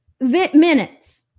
minutes